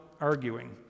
arguing